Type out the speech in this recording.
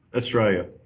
australia.